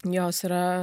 jos yra